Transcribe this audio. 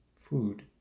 food